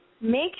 make